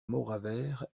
mauravert